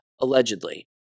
allegedly